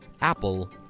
Apple